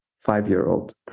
five-year-old